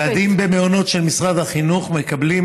ילדים במעונות של משרד החינוך מקבלים